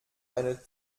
eine